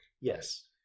Yes